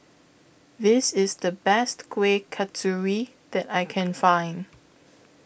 This IS The Best Kuih Kasturi that I Can Find